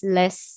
less